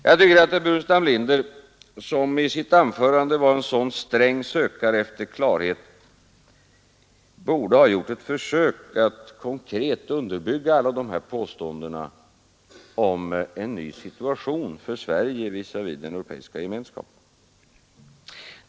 Jag tycker att herr Burenstam Linder, som i sitt anförande var en så sträng sökare efter klarhet, borde ha gjort ett försök att konkret underbygga alla påståendena om en ny situation för Sverige visavi den europeiska gemenskapen.